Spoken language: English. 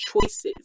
choices